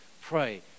Pray